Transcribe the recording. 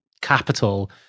capital